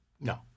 No